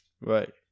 right